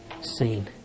seen